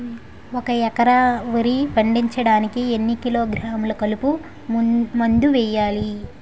ఒక ఎకర వరి పండించటానికి ఎన్ని కిలోగ్రాములు కలుపు మందు వేయాలి?